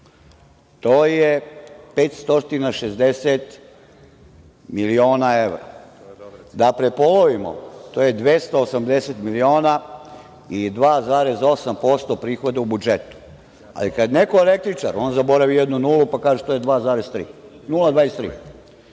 To je 560 miliona evra, da prepolovimo, to je 280 miliona i 2,8% prihoda u budžetu. Ali, kada je neko električar, on zaboravi jednu nulu pa kaže – to je 0,23%.